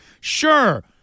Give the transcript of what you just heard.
Sure